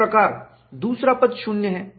इस प्रकार दूसरा पद शून्य है